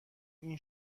این